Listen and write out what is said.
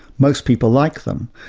most people like them.